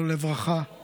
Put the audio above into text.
תציין